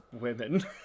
women